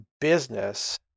business